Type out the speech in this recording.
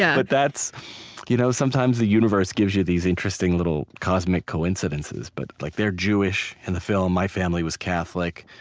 yeah but that's you know sometimes the universe gives you these interesting little cosmic coincidences. but like they're jewish in the film my family was catholic.